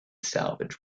salvage